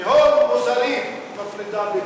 תהום מוסרית מפרידה בינינו.